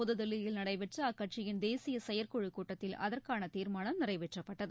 புதுதில்லியில் நடைபெற்றஅக்கட்சியின் தேசியசெயற்குழுக் கூட்டத்தில் அதற்கானதீர்மானம் நிறைவேற்றப்பட்டது